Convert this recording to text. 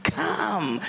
come